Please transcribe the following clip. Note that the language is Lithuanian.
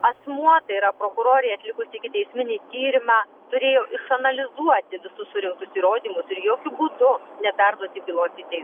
asmuo tai yra prokurorė atlikusi ikiteisminį tyrimą turėjo išanalizuoti visus surinktus įrodymus ir jokiu būdu neperduoti bylos į teismą